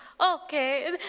okay